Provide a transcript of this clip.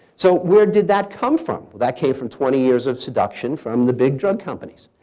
so where did that come from? that came from twenty years of seduction from the big drug companies,